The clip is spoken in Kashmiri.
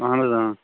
اَہن حظ آ